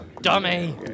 dummy